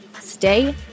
stay